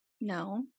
No